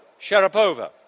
Sharapova